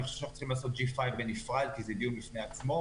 אני חושב שאנחנו צריכים לעשות דיון על 5G בנפרד כי זה דיון בפני עצמו.